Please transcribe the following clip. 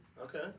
Okay